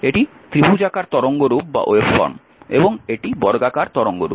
এটি ত্রিভুজাকার তরঙ্গরূপ এবং এটি বর্গাকার তরঙ্গরূপ